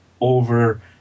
over